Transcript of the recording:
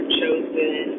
chosen